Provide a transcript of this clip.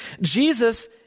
Jesus